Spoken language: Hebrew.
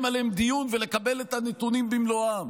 עליהם דיון ולקבל את הנתונים במלואם.